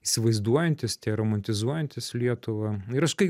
įsivaizduojantys tie romatizuojantys lietuvą ir aš kai